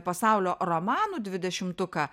pasaulio romanų dvidešimtuką